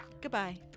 Goodbye